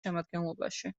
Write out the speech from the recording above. შემადგენლობაში